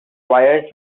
wires